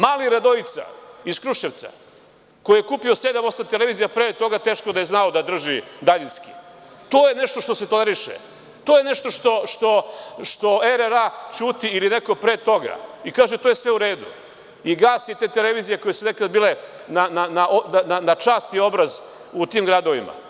Mali Radojica iz Kruševca, koji je kupio sedam, osam televizija, pre toga teško da je znao da drži daljinski, to je nešto što se toleriše, to je nešto što RRA ćuti ili neko pre toga i kaže – to je sve u redu, i gasi te televizije koje su nekada bile na čast i obraz u tim gradovima.